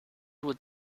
would